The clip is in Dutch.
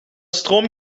stroom